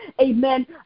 Amen